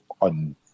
on